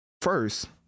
first